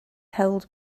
held